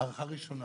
להארכה ראשונה.